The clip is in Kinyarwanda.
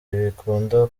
bikunda